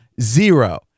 zero